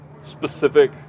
specific